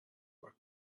work